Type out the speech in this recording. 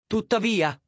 Tuttavia